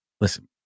Listen